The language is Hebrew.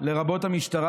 לרבות המשטרה,